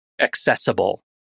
accessible